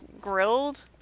grilled